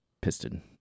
piston